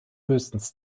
höchstens